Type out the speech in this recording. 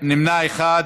נמנע אחד.